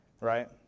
right